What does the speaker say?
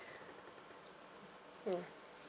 mm